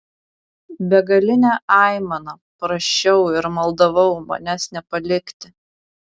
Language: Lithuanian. begaline aimana prašiau ir maldavau manęs nepalikti